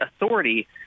authority